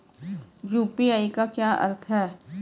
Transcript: UPI का क्या अर्थ है?